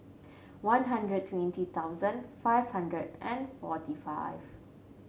one hundred twenty thousand five hundred and forty five